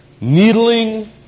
needling